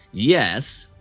yes,